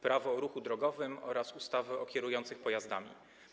Prawo o ruchu drogowym oraz ustawy o kierujących pojazdami.